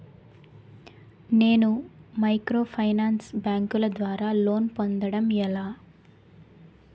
నేను మైక్రోఫైనాన్స్ బ్యాంకుల ద్వారా లోన్ పొందడం ఎలా?